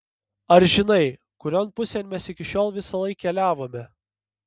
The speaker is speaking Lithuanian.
ar žinai kurion pusėn mes iki šiol visąlaik keliavome